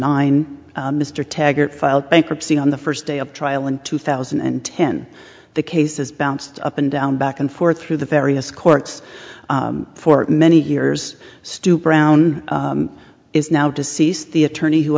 nine mr taggart filed bankruptcy on the first day of trial in two thousand and ten the cases bounced up and down back and forth through the various courts for many years stoop around is now deceased the attorney who